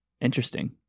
Interesting